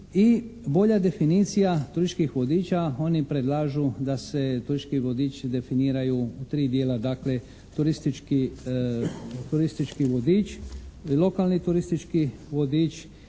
i bolja definicija turističkih vodiča, oni predlažu da se turistički vodiči definiraju u tri dijela, dakle turistički vodič i lokalni turistički vodič